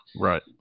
Right